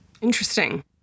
Interesting